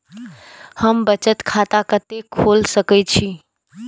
हम बचत खाता कते खोल सके छी?